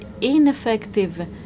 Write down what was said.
ineffective